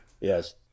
Yes